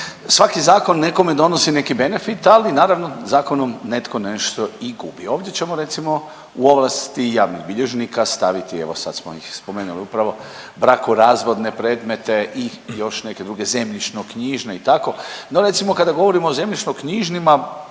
svaki zakon nekome donosi neki benefit, ali naravno zakonom netko nešto i gubi. Ovdje ćemo recimo u ovlasti javnih bilježnika staviti evo sad smo ih spomenuli upravo, brakorazvodne predmete i još neke druge, zemljišno-knjižne i tako, no recimo kada govorimo o zemljišno knjižnima